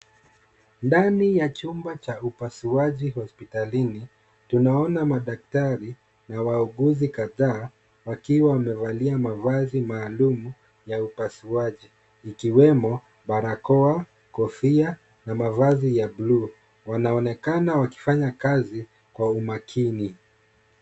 Ndani ya chumba cha upasuaji hospitalini, tunaona madaktari na wauguzi kadhaa, wakiwa wamevalia mavazi maalumu ya upasuaji, ikiwemo barakoa, kofia, na mavazi ya bluu. Wanaonekana wakifanya kazi kwa umakini.